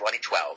2012